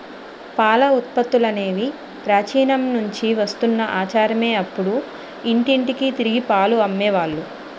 పాల ఉత్పత్తులనేవి ప్రాచీన నుంచి వస్తున్న ఆచారమే అప్పుడు ఇంటింటికి తిరిగి పాలు అమ్మే వాళ్ళు